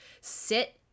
sit